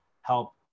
help